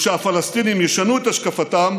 וכשהפלסטינים ישנו את השקפתם,